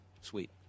Sweet